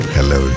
Hello